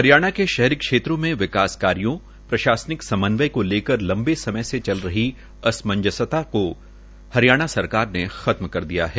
हरियाणा के शहरी क्षेत्रों में विकास कार्यों प्रशासनिक समन्वय को लेकर लंबे समय से चल रही असमंजसता को हरियाणा सरकार ने खत्म कर दिया है